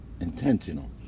intentional